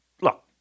look